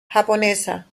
japonesa